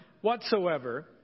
whatsoever